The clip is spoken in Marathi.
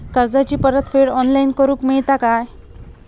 कर्जाची परत फेड ऑनलाइन करूक मेलता काय?